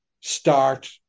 start